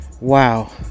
Wow